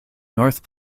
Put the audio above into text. north